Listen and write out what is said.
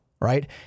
Right